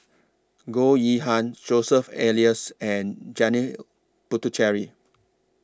Goh Yihan Joseph Elias and Janil Puthucheary